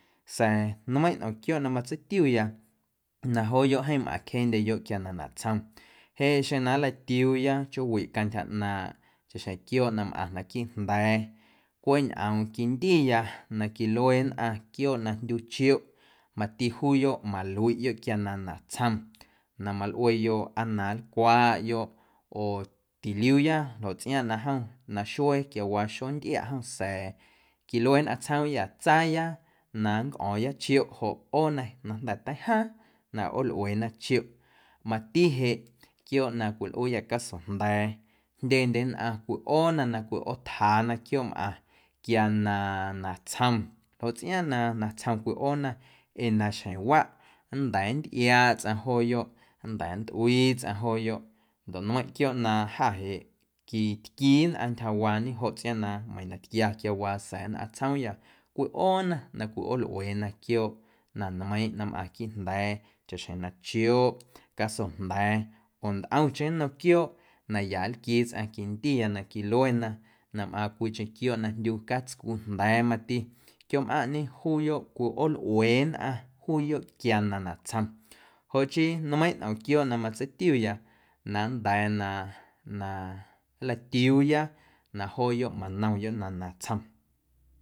Sa̱a̱ nmeiⁿꞌ ntꞌom quiooꞌ na matseitiuya na jooyoꞌ jeeⁿ mꞌaⁿcjeendyeyoꞌ quia na natsjom jeꞌ jeꞌ xjeⁿ na nlatiuuya chjoowiꞌ cantyja ꞌnaaⁿꞌ chaꞌjeⁿ quiooꞌ na mꞌaⁿ quiiꞌjnda̱a̱ cweꞌ ñꞌoom quindiya na quilue nnꞌaⁿ na quiooꞌ na jndyu chioꞌ mati juuyoꞌ maluiꞌyoꞌ quia na natsjom na malꞌueyoꞌ aa na nlcwaꞌyoꞌ oo tiliuuya ljoꞌ tsꞌiaaⁿꞌ na jom naxuee quiawaa xontꞌiaꞌ jom sa̱a̱ quilue nnꞌaⁿ tsjoomya tsaaya na nncꞌo̱o̱ⁿya chioꞌ joꞌ ꞌoona na jnda̱ teijaaⁿ na ꞌoolꞌueena chioꞌ mati jeꞌ quiooꞌ na cwilꞌuuyâ casojnda̱a̱ jndyendye nnꞌaⁿ cwiꞌoona na cwiꞌootjaana quiooꞌmꞌaⁿ quia na natsjom joꞌ tsꞌiaaⁿꞌ na natsjom cwiꞌoona ee na xjeⁿwaꞌ nnda̱a̱ nntꞌiaaꞌ tsꞌaⁿ jooyoꞌ, nnda̱a̱ nntꞌuii tsꞌaⁿ jooyoꞌ ndoꞌ nmeiⁿꞌ quiooꞌ na jâ jeꞌ quitquii nnꞌaⁿ ntyjawaañe joꞌ tsꞌiaaⁿꞌ na meiiⁿ na tquia quiawaa sa̱a̱ nnꞌaⁿ tsjoomya cwiꞌoona na cwiꞌoolꞌueena quiooꞌ na nmeiiⁿꞌ mꞌaⁿ quiiꞌjnda̱a̱ chaꞌxjeⁿ na chioꞌ, casojnda̱a̱ oo ntꞌomcheⁿ nnom quiooꞌ na ya nlquii tsꞌaⁿ quindiya na quiluena na mꞌaaⁿ cwiicheⁿ quiooꞌ na jndyu catscujnda̱a̱ mati quiooꞌmꞌaⁿꞌñe juuyoꞌ cwiꞌoolꞌueena juuyo quia na natsjom joꞌ chii nmeiⁿꞌ ntꞌom quiooꞌ na matseitiuya na nnda̱a̱ na nlatiuuya na jooyoꞌ manomyoꞌ na natsjom.